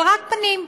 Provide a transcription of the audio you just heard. רק פנים,